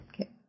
Okay